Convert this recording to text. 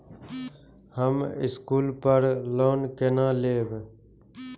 हम स्कूल पर लोन केना लैब?